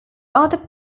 other